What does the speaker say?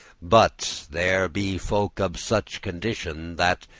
but there be folk of such condition, that,